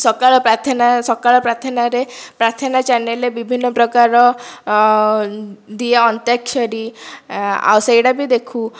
ସକାଳ ପ୍ରାର୍ଥନା ସକାଳ ପ୍ରାର୍ଥନାରେ ପ୍ରାର୍ଥନା ଚ୍ୟାନେଲରେ ବିଭିନ୍ନ ପ୍ରକାର ଦିଏ ଅନ୍ତାକ୍ଷରୀ ଆଉ ସେଇଟାବି ଦେଖୁ